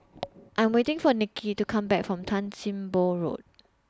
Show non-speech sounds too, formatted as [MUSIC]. [NOISE] I'm waiting For Nikki to Come Back from Tan SIM Boh Road